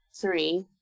Three